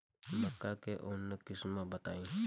मक्का के उन्नत किस्म बताई?